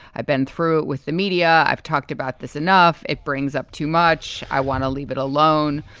i've been through with the media, i've talked about this enough. it brings up too much. i want to leave it alone.